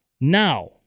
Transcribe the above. Now